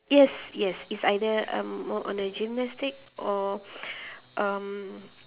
yes yes it's either um work on the gymnastic or um